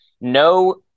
No